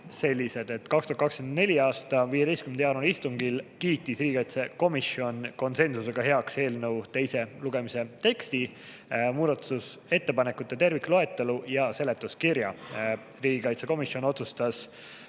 sellised: 2024. aasta 15. jaanuari istungil kiitis riigikaitsekomisjon konsensusega heaks eelnõu teise lugemise teksti, muudatusettepanekute tervikloetelu ja seletuskirja. Riigikaitsekomisjon otsustas